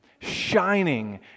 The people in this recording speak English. shining